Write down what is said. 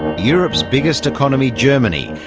europe's biggest economy, germany,